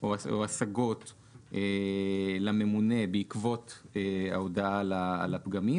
או השגות לממונה בעקבות ההודעה על הפגמים,